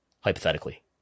hypothetically